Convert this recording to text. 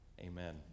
Amen